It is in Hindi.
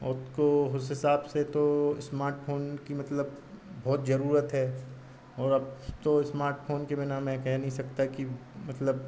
उतको उस हिसाब से तो स्मार्टफोन की मतलब बहुत ज़रूरत है और अब तो स्मार्टफोन के बिना मैं कह नहीं सकता कि मतलब